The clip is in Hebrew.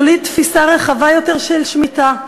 יוליד תפיסה רחבה יותר של שמיטה,